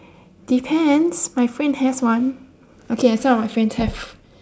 depends my friend has one okay and some of my friends have